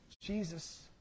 Jesus